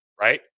right